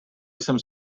jsem